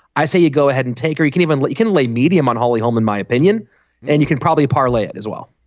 i say you go ahead and take her you can even but you can lay medium on holly home in my opinion and you can probably parlay it as well.